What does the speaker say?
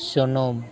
ᱥᱩᱱᱩᱢ